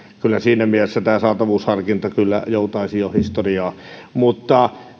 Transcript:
kyllä siinä mielessä tämä saatavuusharkinta kyllä joutaisi jo historiaan mutta